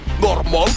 Normal